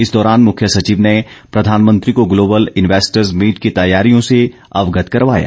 इस दौरान मुख्य सचिव ने प्रधानमंत्री को ग्लोबल इन्वेस्टर्स मीट की तैयारियों से अवगत करवाया